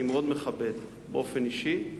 אני מאוד מכבד באופן אישי,